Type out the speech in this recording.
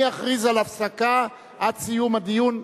ואני אכריז על הפסקה עד סיום הדיון.